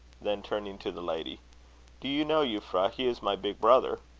then turning to the lady do you know, euphra, he is my big brother?